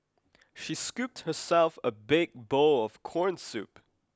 she scooped herself a big bowl of corn soup